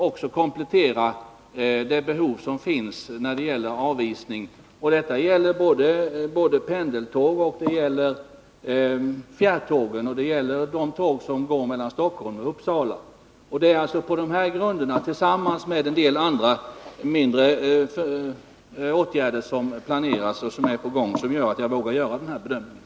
När har jordbruksministern för avsikt att framlägga proposition i ärendet? 3. Är jordbruksministern beredd att medverka till att årets odling av åkerböna och matärtor tas in i det nuvarande skyddet?